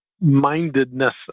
mindedness